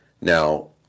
Now